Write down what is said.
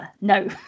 no